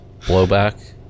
blowback